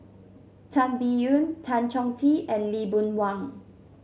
Tan Biyun Tan Chong Tee and Lee Boon Wang